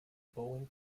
boeing